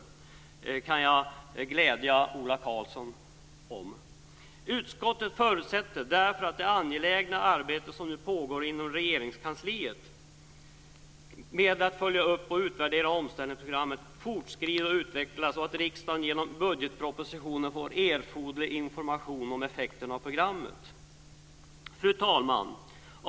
Det kan jag glädja Ola Utskottet förutsätter därför att det angelägna arbete som nu pågår inom Regeringskansliet med att följa upp och utvärdera omställningsprogrammet fortskrider och utvecklas och att riksdagen genom budgetpropositionen får erforderlig information om effekten av programmet. Fru talman!